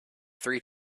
three